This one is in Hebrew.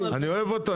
אני אוהב אותו,